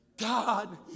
God